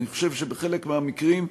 אני חושב שבחלק מהמקרים,